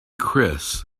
chris